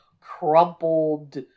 crumpled